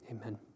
Amen